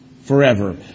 Forever